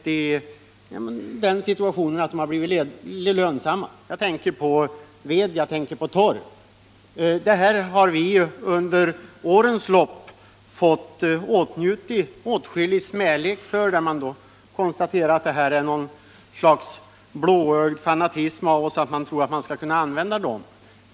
Vi har under årens lopp fått utstå åtskillig smälek för att vi har förespråkat dessa energikällor. Man har kallat det för ett slags blåögd fanatism att tro att vi skulle kunna använda dem.